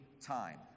time